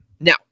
Now